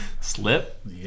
Slip